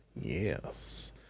Yes